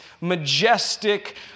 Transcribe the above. majestic